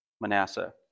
Manasseh